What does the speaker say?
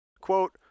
quote